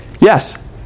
yes